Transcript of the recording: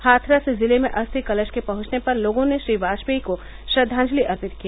हाथरस जिले में अस्थि कलश के पहुंचने पर लोगों ने श्री वाजपेयी को श्रद्वाजंलि अर्पित किया